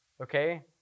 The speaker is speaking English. Okay